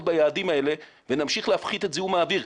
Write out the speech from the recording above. ביעדים האלה ונמשיך להפחית את זיהום האוויר.